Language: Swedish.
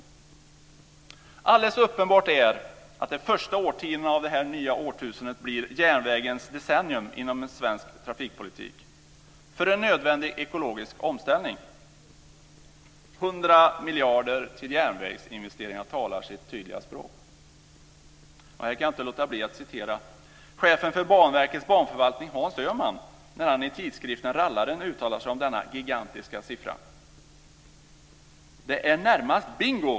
Det är alldeles uppenbart att de första årtiondena av det nya årtusendet blir järnvägens decennium inom svensk trafikpolitik - för en nödvändig ekologisk omställning. 100 miljarder till järnvägsinvesteringar talar sitt tydliga språk! Här kan jag inte låta bli att citera chefen för Banverkets banförvaltning, Hans Öhman, när han i tidskriften Rallaren uttalar sig om denna gigantiska siffra: "Det är närmast bingo!